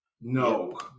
no